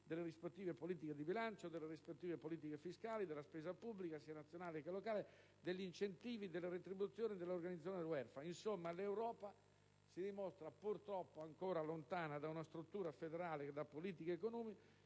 delle rispettive politiche di bilancio, delle rispettive politiche fiscali, della spesa pubblica, sia nazionale che locale, degli incentivi, delle retribuzioni, dell'organizzazione del *welfare.* Insomma, l'Europa si dimostra, purtroppo, ancora lontana dall'esserci data una struttura federale e politiche comuni